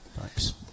Thanks